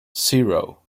zero